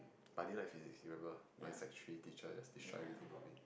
but I didn't like Physics remember my Sec three teacher just destroy everything for me